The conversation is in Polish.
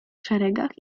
szeregach